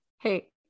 hey